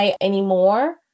anymore